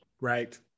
Right